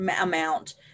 amount